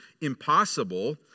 impossible